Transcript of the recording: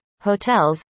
hotels